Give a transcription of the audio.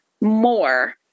more